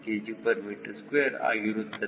6 kgm2 ಆಗಿರುತ್ತದೆ